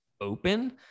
open